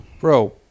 bro